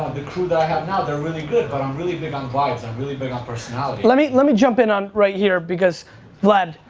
the crew that i have now they're really good but i'm really good on vibes. i'm really big on personality. let me, let me jump in on right here because vlad,